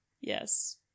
yes